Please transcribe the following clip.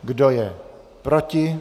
Kdo je proti?